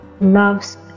loves